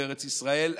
בארץ ישראל,